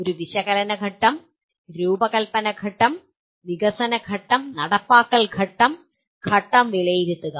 ഒരു വിശകലന ഘട്ടം രൂപകൽപ്പന ഘട്ടം വികസന ഘട്ടം നടപ്പാക്കൽ ഘട്ടം ഘട്ടം വിലയിരുത്തുക